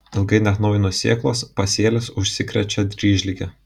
ilgai neatnaujinus sėklos pasėlis užsikrečia dryžlige